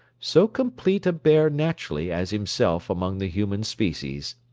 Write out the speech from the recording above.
so complete a bear naturally as himself among the human species.